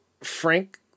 Frank